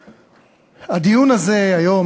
הדיון הזה היום,